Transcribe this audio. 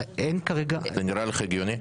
זה נראה לך הגיוני?